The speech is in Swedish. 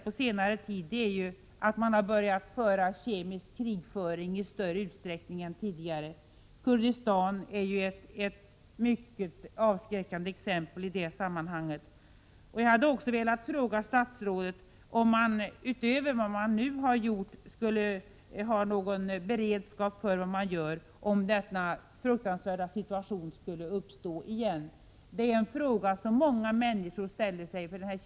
På senare tid har man börjat tillgripa kemisk krigföring i större utsträckning än tidigare. Kurdistan är ett mycket avskräckande exempel i det sammanhanget. Jag hade också velat fråga statsrådet om man, utöver vad man nu har gjort, kommer att ha någon beredskap för att hjälpa om en liknande fruktansvärd situation skulle uppstå igen. Det är en fråga som många människor ställer sig.